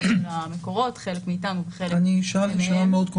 אני שמח לשמוע.